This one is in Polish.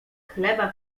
chleba